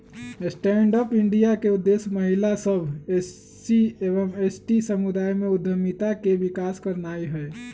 stand up India के उद्देश्य महिला सभ, एस.सी एवं एस.टी समुदाय में उद्यमिता के विकास करनाइ हइ